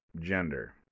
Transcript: gender